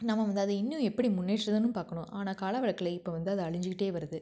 நம்ம வந்து அதை இன்னும் எப்படி முன்னேற்றதுன்னு பார்க்கணும் ஆனால் கால வழக்கில் இப்போ வந்து அது அழிஞ்சுக்கிட்டே வருது